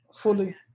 fully